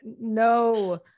no